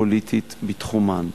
פוליטית בתחומן.